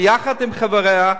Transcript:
ביחד עם חבריה,